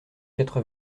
quatre